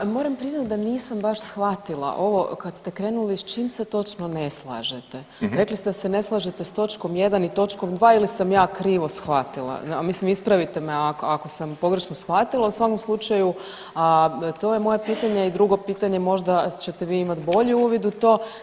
Ma moram priznat da nisam baš shvatila ovo kad ste krenuli s čim se točno ne slažete, rekli ste da se ne slažete s točkom 1 i točkom 2 ili sam ja krivo shvatila, mislim ispravite me ako sam pogrešno shvatila u svakom slučaju to je moje pitanje i drugo pitanje možda ćete vi imati bolji uvid u to.